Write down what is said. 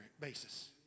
basis